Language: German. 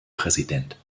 präsident